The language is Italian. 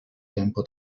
tempo